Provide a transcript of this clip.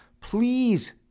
please